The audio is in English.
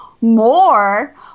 more